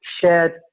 shared